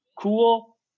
cool